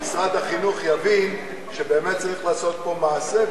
ומשרד החינוך יבין שבאמת צריך לעשות פה מעשה,